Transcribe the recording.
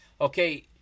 Okay